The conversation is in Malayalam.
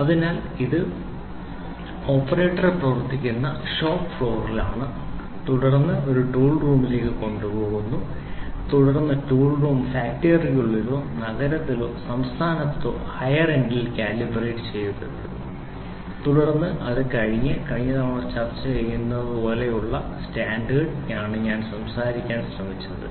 അതിനാൽ ഇത് ഓപ്പറേറ്റർ പ്രവർത്തിക്കുന്ന ഷോപ്പ് ഫ്ലോറിലാണ് തുടർന്ന് ഇത് ഒരു ടൂൾ റൂമിലേക്ക് കൊണ്ടുപോകുന്നു തുടർന്ന് ടൂൾ റൂം ഫാക്ടറിക്കുള്ളിലോ നഗരത്തിലോ സംസ്ഥാനത്തോ ഹയർ എൻഡിൽ കാലിബ്രേറ്റ് ചെയ്യപ്പെടുന്നു തുടർന്ന് അത് കഴിഞ്ഞ തവണ ചർച്ച ചെയ്തതുപോലെയുള്ള സ്റ്റാൻഡേർഡ് ഞാൻ സംസാരിക്കാൻ ശ്രമിച്ചത്